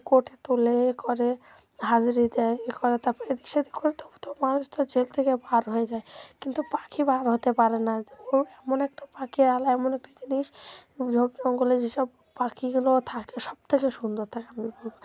কোর্টে তোলে এ করে হাজিরা দেয় এ করে তার পরে এদিক সেদিক করে তবু তো মানুষ তো জেল থেকে বার হয়ে যায় কিন্তু পাখি বার হতে পারে না ও এমন একটা পাখিরালয় এমন একটা জিনিস ঝোপ জঙ্গলে যেসব পাখিগুলো থাকে সব থেকে সুন্দর থাকে আমি বলব